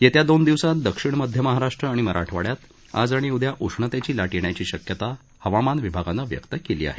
येत्या दोन दिवसात दक्षिण मध्य महाराष्ट्र आणि मराठवाड्यात आज आणि उद्या उष्णतेची लाट येण्याची शक्यता हवामान विभागानं व्यक्त केली आहे